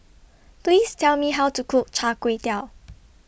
Please Tell Me How to Cook Char Kway Teow